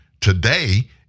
today